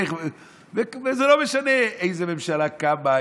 וזה לא משנה איזו ממשלה קמה,